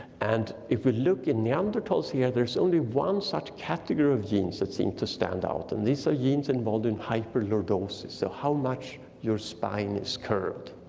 and if we look in neanderthals and the others, only one such category of genes that seem to stand out and these are genes involved in hyperlordosis, so how much your spine is curved.